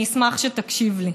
אני אשמח שתקשיב לי: